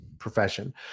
Profession